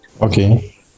Okay